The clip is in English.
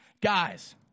guys